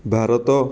Bharat